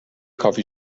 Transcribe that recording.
کافی